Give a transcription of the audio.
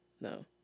No